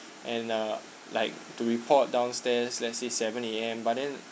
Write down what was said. and uh like to report downstairs let's say seven A_M but then